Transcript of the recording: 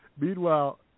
Meanwhile